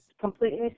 completely